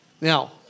Now